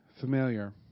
familiar